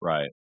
Right